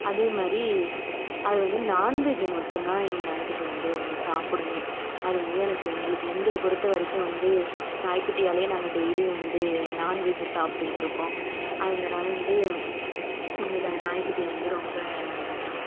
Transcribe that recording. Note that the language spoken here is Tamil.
அதே மாதிரி அதுவந்து நான்வெஜ்ஜை மட்டும்தான் எங்கள் நாய்க்குட்டி வந்து சாப்பிடுமே அதுவந்து எனக்கு எங்களுக்கு எங்களை பொறுத்தவரைக்கும் வந்து நாய்குட்டியாலேயே நாங்கள் டெய்லியும் வந்து நான்வெஜ்ஜை சாப்பிட்டுகிட்டுருக்கோம் அதனால் வந்து எங்களுக்கு அந்த நாய்குட்டியை வந்து ரொம்ப பிடிக்கும்